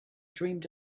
dreamed